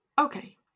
Okay